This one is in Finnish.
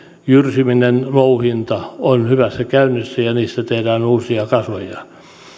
jyrsiminen ja louhinta on hyvässä käynnissä ja niistä tehdään uusia kasoja